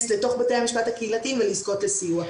לתוך בתי המשפט הקהילתיים ולזכות לסיוע.